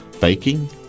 baking